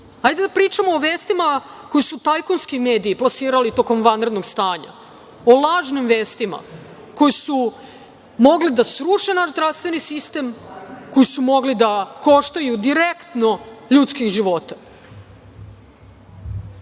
Hajde da pričamo o vestima koje su tajkunski mediji plasirali tokom vanrednog stanja, o lažnim vestima koje su mogle da sruše naš zdravstveni sistem, koje su mogle da koštaju direktno ljudskih